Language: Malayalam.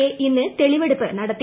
എ ഇന്ന് തെളിവെടുപ്പ് നടത്തി